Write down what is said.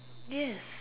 yes